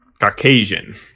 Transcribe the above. Caucasian